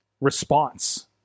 response